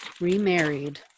remarried